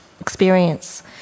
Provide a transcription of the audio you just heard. experience